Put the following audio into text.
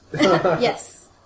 Yes